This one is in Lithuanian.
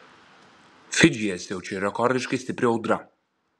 fidžyje siaučia rekordiškai stipri audra